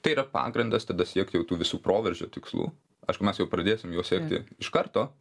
tai yra pagrindas tada siekt jau tų visų proveržio tikslų aišku mes jau pradėsim juos sekti iš karto